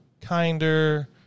kinder